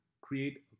create